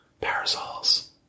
parasols